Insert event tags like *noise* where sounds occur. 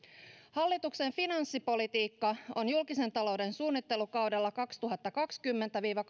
hallituksen finanssipolitiikka on julkisen talouden suunnittelukaudella kaksituhattakaksikymmentä viiva *unintelligible*